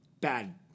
bad